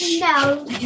No